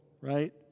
right